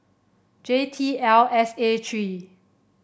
J T L S A three